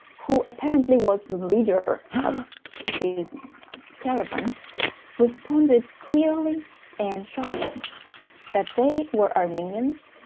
who apparently was the leader of this caravan responded clearly and sharply that they were armenians,